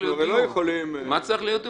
לא, מה צריך להיות?